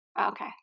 Okay